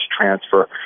transfer